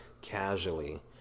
casually